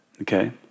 okay